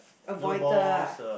avoider ah